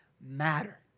matter